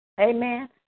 Amen